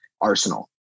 Arsenal